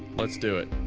let's do it.